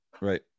Right